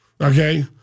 Okay